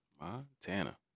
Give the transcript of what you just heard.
Montana